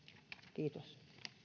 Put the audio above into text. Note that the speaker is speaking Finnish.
kiitos